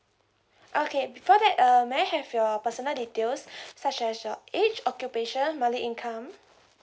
okay before that uh may I have your personal details such as your age occupation monthly income